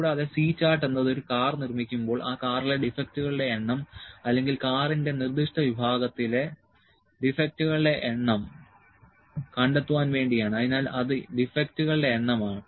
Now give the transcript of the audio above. കൂടാതെ C chart എന്നത് ഒരു കാർ നിർമ്മിക്കുമ്പോൾ ആ കാറിലെ ഡിഫെക്ടുകളുടെ എണ്ണം അല്ലെങ്കിൽ കാറിന്റെ നിർദ്ദിഷ്ട വിഭാഗത്തിലെ ഡിഫെക്ടുകളുടെ എണ്ണം കണ്ടെത്തുവാൻ വേണ്ടി ആണ് അതിനാൽ അത് ഡിഫെക്ടുകളുടെ എണ്ണമാണ്